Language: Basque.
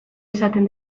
izaten